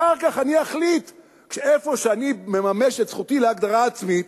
אחר כך אני אחליט איפה אני מממש את זכותי להגדרה עצמית,